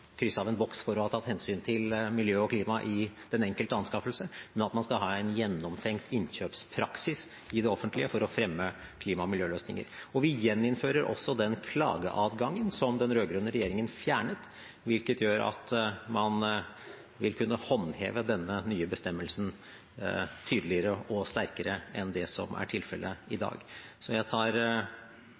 miljø og klima i den enkelte anskaffelse, men at man skal ha en gjennomtenkt innkjøpspraksis i det offentlige for å fremme klima- og miljøløsninger. Vi gjeninnfører også klageadgangen, som den rød-grønne regjeringen fjernet, hvilket gjør at man vil kunne håndheve denne nye bestemmelsen tydeligere og sterkere enn det som er tilfellet i dag. Så jeg